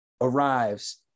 arrives